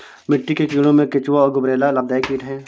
मिट्टी के कीड़ों में केंचुआ और गुबरैला लाभदायक कीट हैं